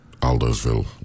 Aldersville